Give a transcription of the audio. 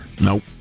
Nope